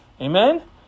Amen